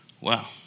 Wow